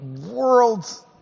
world's